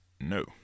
No